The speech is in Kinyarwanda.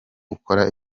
ukora